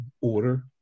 order